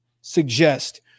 suggest